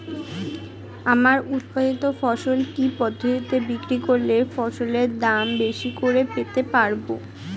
আমার উৎপাদিত ফসল কি পদ্ধতিতে বিক্রি করলে ফসলের দাম বেশি করে পেতে পারবো?